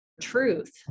truth